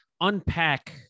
unpack